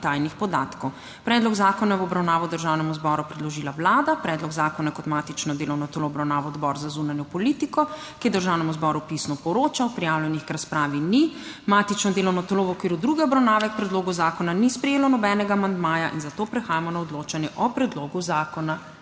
TAJNIH PODATKOV. Predlog zakona je v obravnavo Državnemu zboru predložila Vlada. Predlog zakona je kot matično delovno telo obravnaval Odbor za zunanjo politiko, ki je Državnemu zboru pisno poročal. Prijavljenih k razpravi ni. Matično delovno telo v okviru druge obravnave k predlogu zakona ni sprejelo nobenega amandmaja, zato prehajamo na odločanje o predlogu zakona.